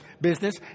business